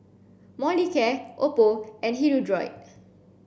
Molicare Oppo and Hirudoid